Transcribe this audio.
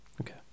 okay